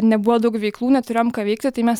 nebuvo daug veiklų neturėjome ką veikti tai mes